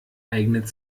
eignet